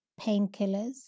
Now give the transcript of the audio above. painkillers